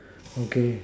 okay